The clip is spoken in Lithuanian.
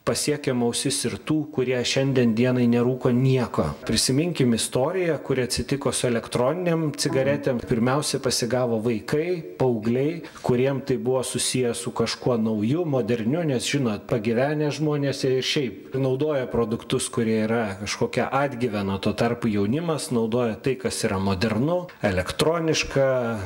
pasiekiam ausis ir tų kurie šiandien dienai nerūko nieko prisiminkim istoriją kuri atsitiko su elektroninėm cigaretėm pirmiausia pasigavo vaikai paaugliai kuriem tai buvo susiję su kažkuo nauju moderniu nes žinot pagyvenę žmonės jie ir šiaip naudoja produktus kurie yra kažkokia atgyvena tuo tarpu jaunimas naudoja tai kas yra modernu elektroniška